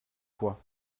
quoi